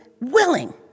willing